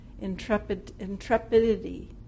intrepidity